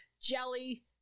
jelly